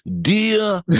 Dear